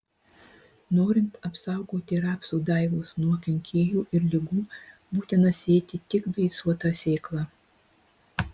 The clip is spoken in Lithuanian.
norint apsaugoti rapsų daigus nuo kenkėjų ir ligų būtina sėti tik beicuotą sėklą